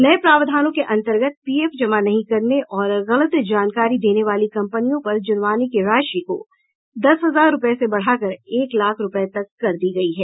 नये प्रावधानों के अन्तर्गत पीएफ जमा नहीं करने और गलत जानकारी देने वाली कम्पनियों पर जुर्माने की राशि को दस हजार रूपये से बढ़ा कर एक लाख रूपये तक कर दी गयी है